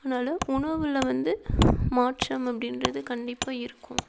அதனால் உணவில் வந்து மாற்றம் அப்படின்றது கண்டிப்பாக இருக்கும்